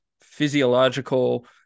physiological